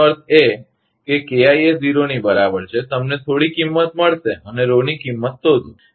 તેનો અર્થ એ કે KI એ 0 ની બરાબર છે તમને થોડી કિંમત મળશે અને ની કિંમત શોધો